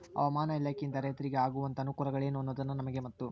ಹವಾಮಾನ ಇಲಾಖೆಯಿಂದ ರೈತರಿಗೆ ಆಗುವಂತಹ ಅನುಕೂಲಗಳೇನು ಅನ್ನೋದನ್ನ ನಮಗೆ ಮತ್ತು?